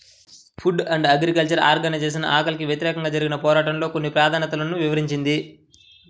food and agriculture organization ఆకలికి వ్యతిరేకంగా జరిగిన పోరాటంలో కొన్ని ప్రాధాన్యతలను వివరించింది